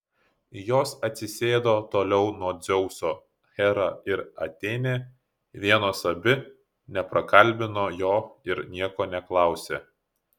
jos atsisėdo toliau nuo dzeuso hera ir atėnė vienos abi neprakalbino jo ir nieko neklausė